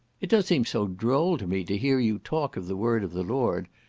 it does seem so droll to me, to hear you talk of the word of the lord.